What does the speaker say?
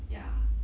ya